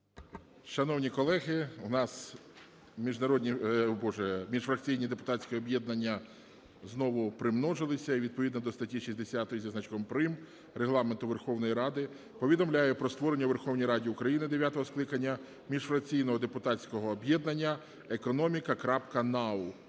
о Боже, міжфракційні депутатські об'єднання знову примножилися. І відповідно до статті 60 зі значком прим. Регламенту Верховної Ради повідомляє про створення в Верховній Раді України дев'ятого скликання міжфракційного депутатського об'єднання "Економіка. НАУ".